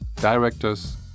directors